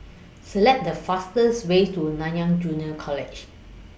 Select The fasters Way to Nanyang Junior College